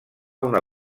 una